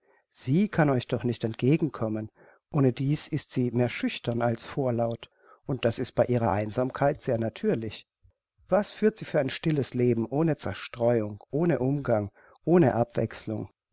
sie kann euch doch nicht entgegenkommen ohnedieß ist sie mehr schüchtern als vorlaut und das ist bei ihrer einsamkeit sehr natürlich was führt sie für ein stilles leben ohne zerstreuung ohne umgang ohne abwechselung